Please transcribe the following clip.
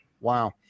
Wow